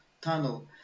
tunnel